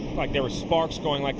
like there was sparks going, like